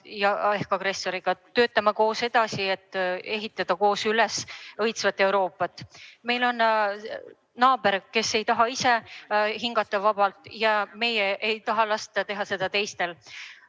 ehk agressoriga. Töötame koos edasi, et ehitada koos üles õitsvat Euroopat. Meil on naaber, kes ei taha ise vabalt hingata ega taha lasta teha seda teistel.